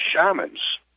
shamans